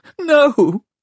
No